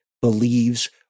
believes